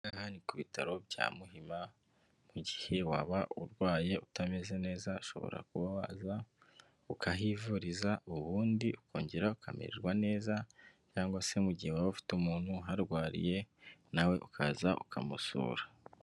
Aha ni ku bitaro bya Muhima, mu gihe waba urwaye utameze neza ushobora kuba waza ukahivuriza ubundi ukongera ukamererwa neza cyangwa se mu gihe waba ufite umuntu uharwariye na we waza ukamusura.